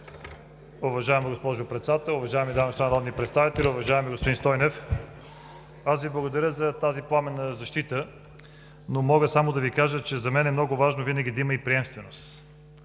Уважаема госпожо Председател, уважаеми дами и господа народни представители! Уважаеми господин Стойнев, аз Ви благодаря за тази пламенна защита, но мога само да кажа, че за мен е много важно винаги да има и приемственост.